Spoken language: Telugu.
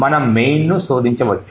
మనము మెయిన్ను శోధించవచ్చు